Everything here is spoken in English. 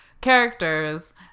characters